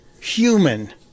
human